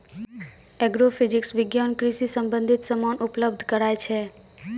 agrophysics विज्ञान कृषि संबंधित समान उपलब्ध कराय छै